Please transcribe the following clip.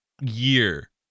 year